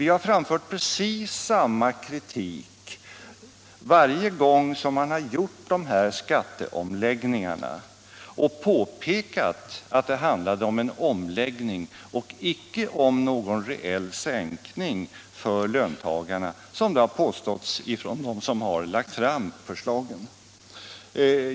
Vi har framfört precis samma kritik varje gång man har gjort sådana här skatteomläggningar och påpekat att det handlade om en omläggning och icke om någon reell sänkning för löntagarna — som det har påståtts av dem som lagt fram förslagen.